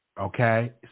Okay